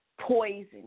poison